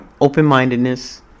Open-mindedness